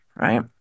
right